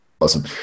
Awesome